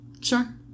Sure